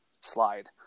slide